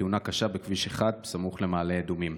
בתאונה קשה בכביש 1 סמוך למעלה אדומים.